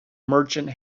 merchant